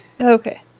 Okay